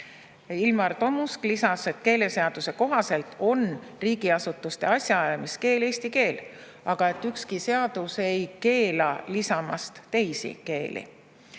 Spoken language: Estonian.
Ilmar Tomusk lisas, et keeleseaduse kohaselt on riigiasutuste asjaajamiskeel eesti keel, aga ükski seadus ei keela lisamast teisi keeli